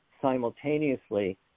simultaneously